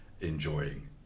enjoying